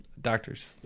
Doctors